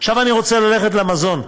עכשיו אני רוצה ללכת למזון.